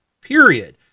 period